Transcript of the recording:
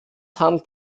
handelt